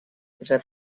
pedra